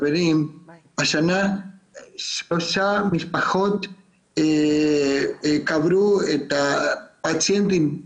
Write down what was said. השנה שלוש משפחות קברו את הפציינטים עם